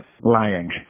lying